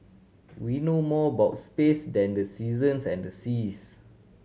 we know more about space than the seasons and the seas